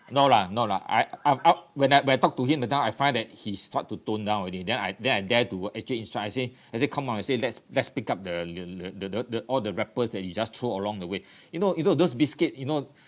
no lah no lah I I'm out when I when I talk to him the time I find that he start to tone down already then I then I dare to uh actually instruct I say I say come on I say let's let's pick up the the the the the all the wrappers that you just throw along the way you know you know those biscuit you know